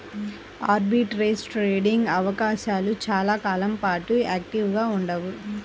arbitrage trading అవకాశాలు చాలా కాలం పాటు యాక్టివ్గా ఉండవు